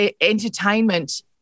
entertainment